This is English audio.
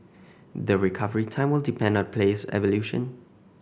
the recovery time will depend on the player's evolution